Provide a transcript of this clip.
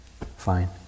Fine